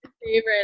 favorite